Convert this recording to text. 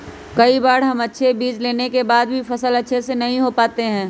कई बार हम अच्छे बीज लेने के बाद भी फसल अच्छे से नहीं हो पाते हैं?